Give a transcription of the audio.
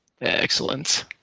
excellent